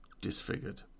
disfigured